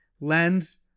lens